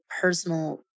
personal